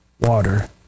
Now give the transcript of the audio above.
water